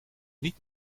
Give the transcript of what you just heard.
niet